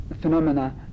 phenomena